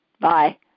Bye